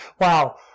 Wow